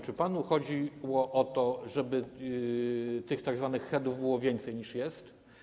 Czy panu chodziło o to, żeby tych tzw. head-ów było więcej, niż jest?